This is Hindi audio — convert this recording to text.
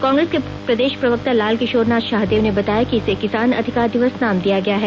कांग्रेस के प्रदेश प्रवक्ता लाल किशोरनाथ शाहदेव ने बताया कि इसे किसान अधिकार दिवस नाम दिया गया है